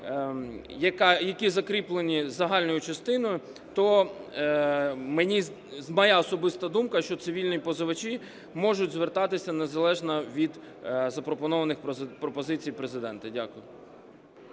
які закріплені загальною частиною, то моя особиста думка, що цивільні позивачі можуть звертатися незалежно від запропонованих пропозицій Президента. Дякую.